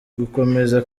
gukomeza